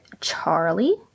charlie